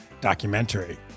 documentary